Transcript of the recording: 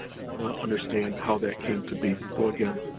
we wanna understand how that came to be, so again,